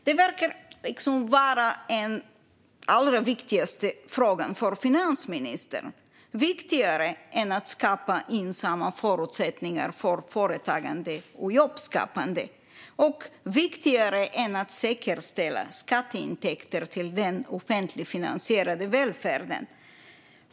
Det verkar vara den allra viktigaste frågan för finansministern - viktigare än att skapa gynnsamma förutsättningar för företagande och jobbskapande och viktigare än att säkerställa skatteintäkter till den offentligfinansierade välfärden.